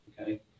okay